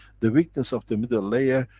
the weakness of the middle layer,